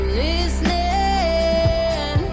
listening